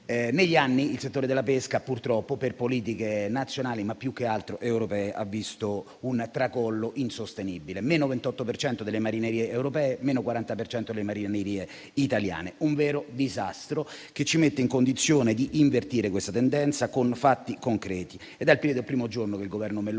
purtroppo, il settore della pesca, per politiche nazionali, ma più che altro europee ha visto un tracollo insostenibile: meno 28 per cento delle marinerie europee, meno 40 per cento delle marinerie italiane. Un vero disastro che ci mette in condizione di invertire questa tendenza con fatti concreti.